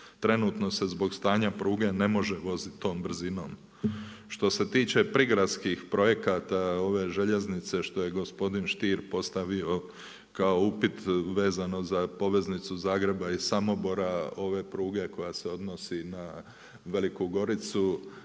Trenutno se zbog stanja pruge ne može vozit tom brzinom. Što se tiče prigradskih projekata ove željeznice što je gospodin Stier postavio kao upit vezano za poveznicu Zagreba i Samobora, ove pruge koja se odnosi na Veliku Goricu